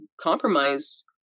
compromise